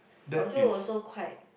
also also quite